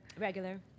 regular